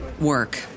work